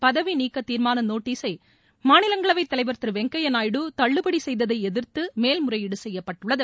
பதவி நீக்க தீர்மான நோட்டசை மாநிலங்களவை தலைவர் திரு ்வெங்கய்ய நாயுடு தள்ளுபடி செய்ததை எதிர்த்து மேல் முறையீடு செய்யப்பட்டுள்ளது